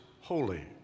holy